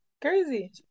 crazy